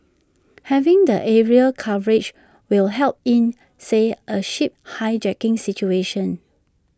having the aerial coverage will help in say A ship hijacking situation